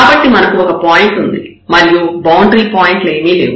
కాబట్టి మనకు ఒక పాయింట్ ఉంది మరియు బౌండరీ పాయింట్లు ఏమీ లేవు